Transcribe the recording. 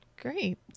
Great